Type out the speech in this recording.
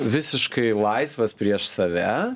visiškai laisvas prieš save